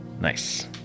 Nice